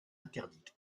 interdite